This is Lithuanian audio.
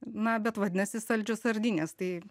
na bet vadinasi saldžios sardinės tai